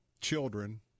children